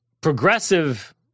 progressive